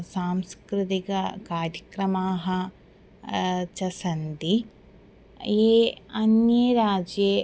सांस्कृतिककार्यक्रमाः च सन्ति ये अन्ये राज्ये